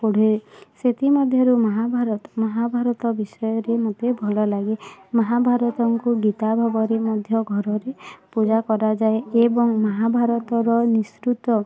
ପଢ଼େ ସେଥି ମଧ୍ୟରୁ ମହାଭାରତ ମହାଭାରତ ବିଷୟରେ ମୋତେ ଭଲ ଲାଗେ ମହାଭାରତଙ୍କୁ ଗୀତା ଭାବରେ ମଧ୍ୟ ଘରରେ ପୂଜା କରାଯାଏ ଏବଂ ମହାଭାରତର ନିସୃତ